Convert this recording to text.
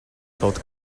kaut